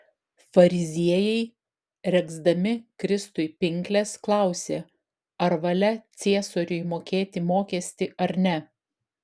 fariziejai regzdami kristui pinkles klausė ar valia ciesoriui mokėti mokestį ar ne